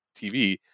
TV